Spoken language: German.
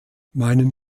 meinen